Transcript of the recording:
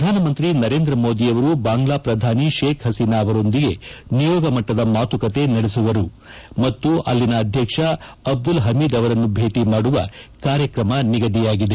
ಪ್ರಧಾನಮಂತ್ರಿ ನರೇಂದ್ರ ಮೋದಿಯವರು ಬಾಂಗ್ಲಾ ಪ್ರಧಾನಿ ಶೇಕ್ ಹಸೀನಾ ಅವರೊಂದಿಗೆ ನಿಯೋಗ ಮಟ್ಟದ ಮಾತುಕತೆ ನಡೆಸುವರು ಮತ್ತು ಅಲ್ಲಿನ ಅಧ್ಯಕ್ಷ ಅಬ್ದುಲ್ ಹಮೀದ್ ಅವರನ್ನು ಭೇಟ ಮಾಡುವ ಕಾರ್ಯಕ್ರಮ ನಿಗದಿಯಾಗಿದೆ